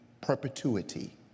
perpetuity